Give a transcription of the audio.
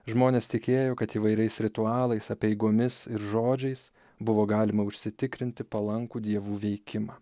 žmonės tikėjo kad įvairiais ritualais apeigomis ir žodžiais buvo galima užsitikrinti palankų dievų veikimą